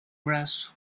grasp